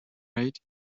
rate